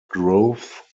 growth